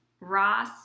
Ross